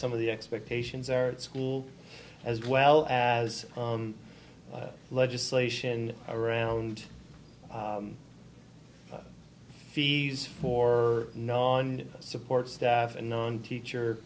some of the expectations are at school as well as legislation around fees for non support staff and non teacher